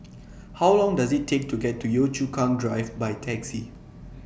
How Long Does IT Take to get to Yio Chu Kang Drive By Taxi